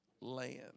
land